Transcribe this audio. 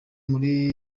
muri